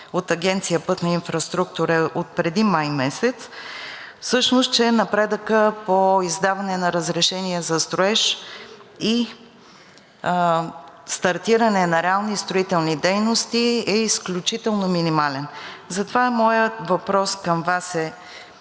от Агенция „Пътна инфраструктура“, е отпреди месец май, всъщност, че напредъкът по издаване на разрешение за строеж и стартиране на реални строителни дейности е изключително минимален. Затова моят въпрос към Вас е: